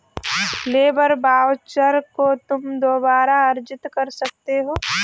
labour voucher को तुम दोबारा अर्जित कर सकते हो